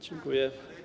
Dziękuję.